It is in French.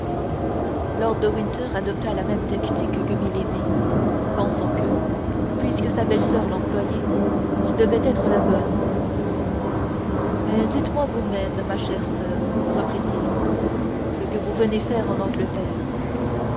de winter adopta la même tactique que milady pensant que puisque sa belle-soeur l'employait ce devait être la bonne mais dites-moi vous-même ma chère soeur reprit-il ce que vous venez faire en angleterre